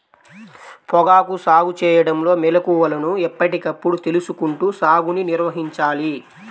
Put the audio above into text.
పొగాకు సాగు చేయడంలో మెళుకువలను ఎప్పటికప్పుడు తెలుసుకుంటూ సాగుని నిర్వహించాలి